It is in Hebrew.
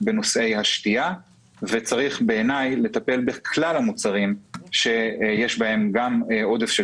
בשתייה וצריך לטפל בכלל המוצרים שיש בהם עודף של